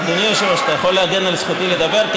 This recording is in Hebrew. אדוני היושב-ראש, אתה יכול להגן על זכותי לדבר?